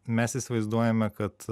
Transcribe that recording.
mes įsivaizduojame kad